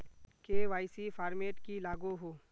KYC format की लागोहो?